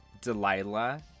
Delilah